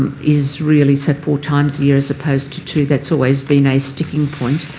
is really so four times a year as opposed to two. that's always been a sticking point.